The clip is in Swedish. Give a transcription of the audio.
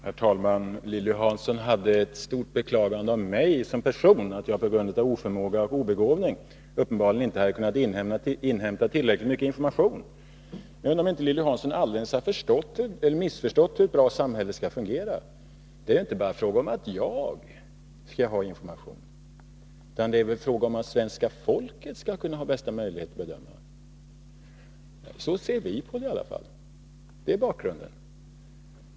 Herr talman! Lilly Hansson beklagade sig stort över mig som person, därför att jag på grund av oförmåga och obegåvning uppenbarligen inte hade kunnat inhämta tillräckligt mycket information. Jag undrar om Lilly Hansson inte helt har missförstått hur ett bra samhälle skall fungera. Det är inte bara fråga om att jag skall ha information, utan det är fråga om att svenska folket skall kunna ha bästa möjlighet att göra bedömningar. Så ser i alla fall vi på det. Det är bakgrunden.